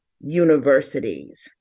universities